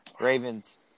Ravens